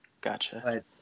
gotcha